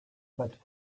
pattes